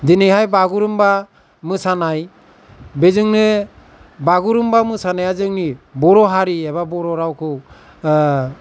दिनैहाय बागुरुम्बा मोसानाय बेजोंनो बागुरुम्बा मोसानाया जोंनि बर' हारि एबा बर' रावखौ